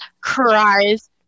cries